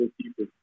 people